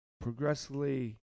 progressively